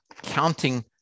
counting